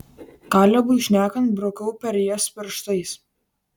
kalebui šnekant braukau per jas pirštais